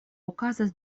okazas